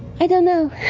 i don't know.